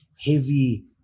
heavy